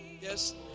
Yes